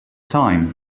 time